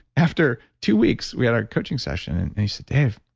after two weeks, we had our coaching session and he said, dave,